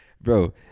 bro